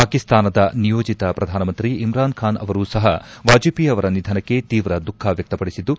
ಪಾಕಿಸ್ತಾನದ ನಿಯೋಜತ ಪ್ರಧಾನಮಂತ್ರಿ ಇಮ್ರಾನ್ ಖಾನ್ ಅವರೂ ಸಹ ವಾಜಪೇಯಿ ಅವರ ನಿಧನಕ್ಕೆ ತೀವ್ರ ದುಃಖ ವ್ಯಕ್ತಪಡಿಸಿದ್ದು